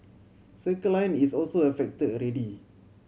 Circle Line is also affected already